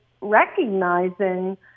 recognizing